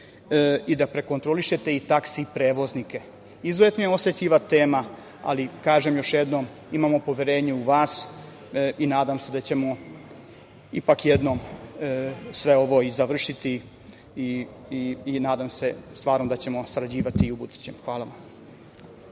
i da prekontrolišete i taksi prevoznike. Izuzetno je osetljiva tema, ali kažem još jednom, imamo poverenje u vas i nadam se da ćemo ipak jednom sve ovo i završiti i nadam se stvarno da ćemo sarađivati i ubuduće. Hvala vam.